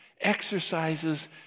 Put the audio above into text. exercises